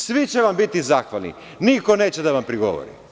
Svi će vam biti zahvalni i niko neće da vam prigovori.